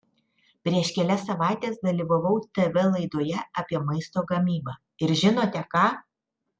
prieš kelias savaites dalyvavau tv laidoje apie maisto gamybą ir žinote ką